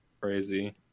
crazy